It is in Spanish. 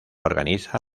organiza